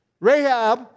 Rahab